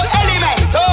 elements